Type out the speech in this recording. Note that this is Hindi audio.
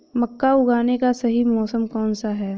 मक्का उगाने का सही मौसम कौनसा है?